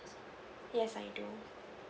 yes I do